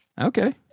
Okay